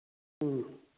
ꯎꯝ